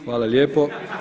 Hvala lijepo.